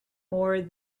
more